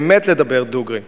באמת לדבר דוגרי.